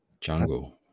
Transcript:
jungle